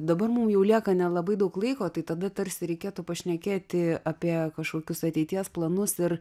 dabar mum jau lieka nelabai daug laiko tai tada tarsi reikėtų pašnekėti apie kažkokius ateities planus ir